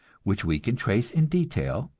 which we can trace in detail,